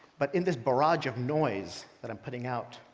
but in this barrage of noise that i'm putting out,